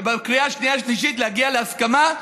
ובקריאה השנייה והשלישית להגיע להסכמה,